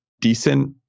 decent